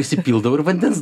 įsipildavo ir vandens